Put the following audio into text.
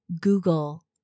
Google